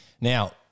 Now